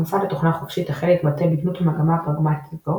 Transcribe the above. המוסד לתוכנה חופשית החל להתבטא בגנות המגמה הפרגמטית הזו